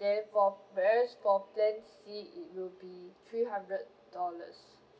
then for whereas for plan C it will be three hundred dollars